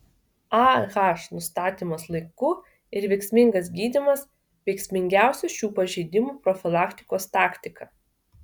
ah nustatymas laiku ir veiksmingas gydymas veiksmingiausia šių pažeidimų profilaktikos taktika